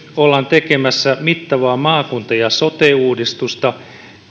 ollaan tekemässä mittavaa maakunta ja sote uudistusta